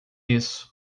isso